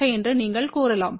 75 என்று நீங்கள் கூறலாம்